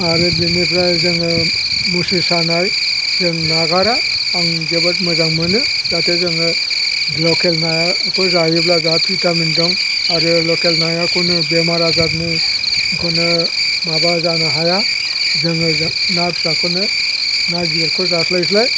आरो बेनिफ्राय जोङो मुस्रि सानाय जों नागारा आं जोबोद मोजां मोनो जाहाथे जोङो लकेल नाखौ जायोब्ला जा भिटामिन दं आरो लकेल नाखौनो बेमार आजारनिखौनो माबा जानो हाया जोङो ना फिसाखौनो ना गिदिरखौ जास्लायस्लाय